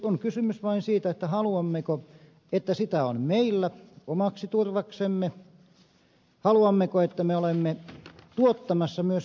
on kysymys vain siitä haluammeko että sitä on meillä omaksi turvaksemme haluammeko että me olemme tuottamassa myös kansainvälistä turvaa